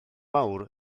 mawr